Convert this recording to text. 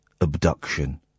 abduction